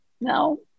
no